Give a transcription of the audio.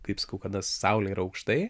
kaip sakau kada saulė yra aukštai